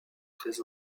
très